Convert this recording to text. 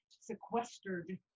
sequestered